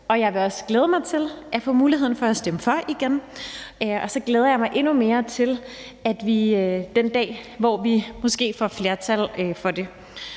jeg vil også glæde mig til at få muligheden for igen at stemme for det, og så glæder jeg mig endnu mere til den dag, hvor vi måske også får et flertal for det.